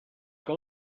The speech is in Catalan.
que